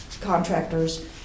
contractors